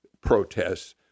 protests